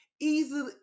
easily